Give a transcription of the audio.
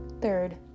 Third